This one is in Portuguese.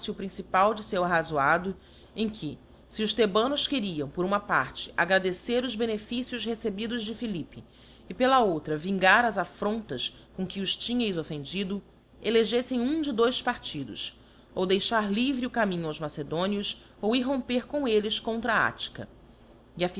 principal de feu arrazoado em que fe os thebanos queriam por uma parte agradecer os benefícios recebidos de philippc c pela outra vingar as affrontas com que os tínheis offendido elegeítem um de dois partidos ou deixar livre o caminho aos macedonios ou irromper com elles contra a